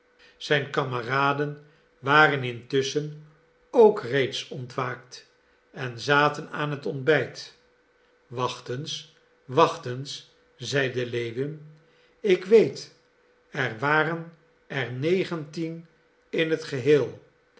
zijn kameraden waren intusschen ook reeds ontwaakt en zaten aan het ontbijt wacht eens wacht eens zeide lewin ik weet er waren er negentien in t geheel